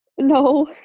No